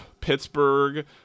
Pittsburgh